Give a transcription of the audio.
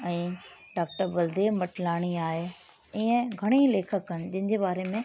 ऐं डॉक्टर बलदेव मटलाणी आहे ईअं घणेई लेखक आहिनि जिन जे बारे में